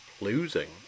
losing